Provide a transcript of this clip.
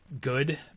good